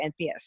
NPS